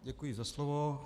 Děkuji za slovo.